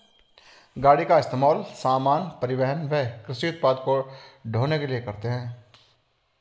गाड़ी का इस्तेमाल सामान, परिवहन व कृषि उत्पाद को ढ़ोने के लिए करते है